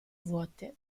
vuote